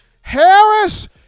Harris